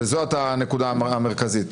וזאת הנקודה המרכזית.